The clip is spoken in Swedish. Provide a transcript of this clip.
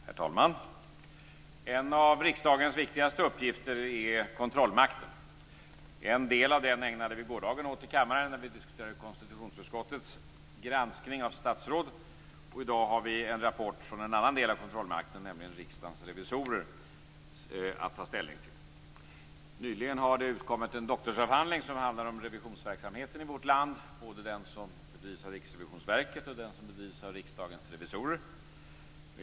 Herr talman! En av riksdagens viktigaste uppgifter är kontrollmakten. En del av den ägnade vi gårdagen åt i kammaren när vi diskuterade konstitutionsutskottets granskning av statsråd. I dag har vi en rapport från en annan del av kontrollmakten, nämligen Riksdagens revisorer, att ta ställning till. Nyligen har det utkommit en doktorsavhandling som handlar om revisionsverksamheten i vårt land, både den som bedrivs av Riksrevisionsverket och den som bedrivs av Riksdagens revisorer.